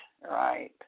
right